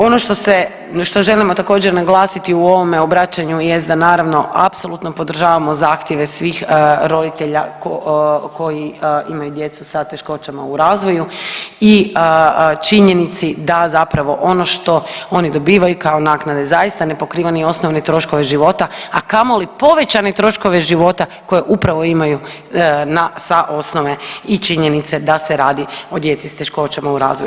Ono što se, što želimo također naglasiti u ovome obraćanju jest da naravno apsolutno podržavamo zahtjeve svih roditelja koji imaju djecu sa teškoćama u razvoju i činjenici da zapravo ono što oni dobivaju kao naknade zaista ne pokriva ni osnovne troškove života, a kamoli povećane troškove života koje upravo imaju na, sa osnove i činjenice da se radi o djeci s teškoćama u razvoju.